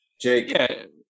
Jake